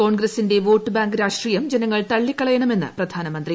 കോൺഗ്രസിന്റെ vote bank രാഷ്ട്രീയം ജനങ്ങൾ തള്ളിക്കളയണമെന്ന് പ്രധിഭാനമന്ത്രി